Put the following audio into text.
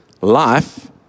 life